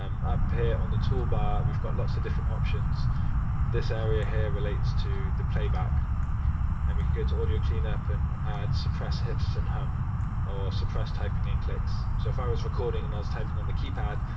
um up here on the toolbar, we've got lots of different options but this area here relates to the playback and we can go to audio cleanup and add suppress hiss and hum or suppress typing and clicks so if i was recording and i was typing on the keypad,